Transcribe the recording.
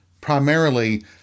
primarily